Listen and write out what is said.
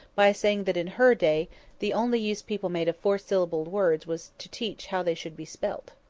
by saying that in her day the only use people made of four-syllabled words was to teach how they should be spelt.